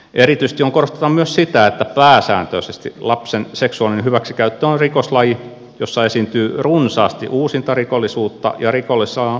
erityisesti on korostettava myös sitä että pääsääntöisesti lapsen seksuaalinen hyväksikäyttö on rikoslaji jossa esiintyy runsaasti uusintarikollisuutta ja rikollisella on useita uhreja